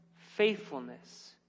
faithfulness